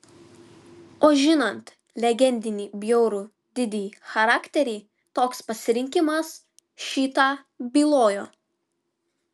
o žinant legendinį bjaurų didi charakterį toks pasirinkimas šį tą bylojo